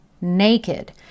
naked